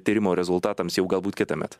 tyrimų rezultatams jau galbūt kitąmet